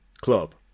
club